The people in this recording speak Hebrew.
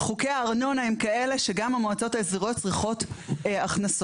חוקי הארנונה הם כאלה שגם המועצות האזוריות צריכות הכנסות,